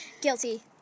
Guilty